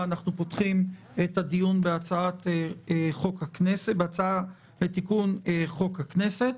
אנחנו פותחים את הדיון בהצעה לתיקון חוק הכנסת,